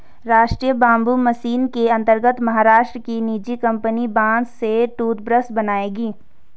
राष्ट्रीय bamboo mission के अंतर्गत महाराष्ट्र की निजी कंपनी बांस से टूथब्रश बनाएगी